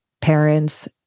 parents